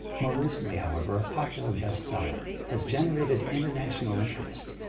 more recently however a popular best seller has generated international interest.